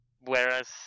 Whereas